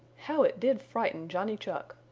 how it did frighten johnny chuck!